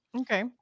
Okay